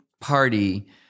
party